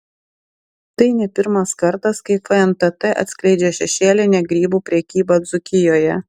tai ne pirmas kartas kai fntt atskleidžia šešėlinę grybų prekybą dzūkijoje